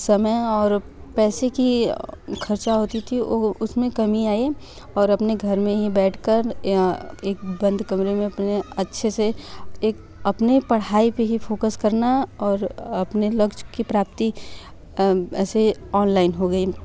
समय और पैसे की खर्चा होती थी उसमें कमी आई और अपने घर में ही बैठ कर एक बंद कमरे में एक अच्छे से एक अपने पढ़ाई पे ही फोकस करना और अपने लक्ष्य की प्राप्ति ऐसे ऑनलाईन हो गई